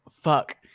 fuck